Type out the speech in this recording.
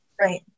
Right